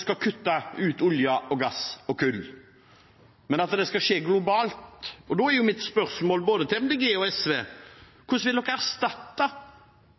skal kutte ut olje, gass og kull, men at det skal skje globalt. Da er mitt spørsmål til både Miljøpartiet De Grønne og SV: Hvordan vil de erstatte